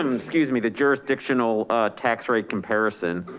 um excuse me, the jurisdictional tax rate comparison.